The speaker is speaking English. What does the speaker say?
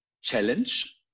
challenge